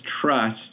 trust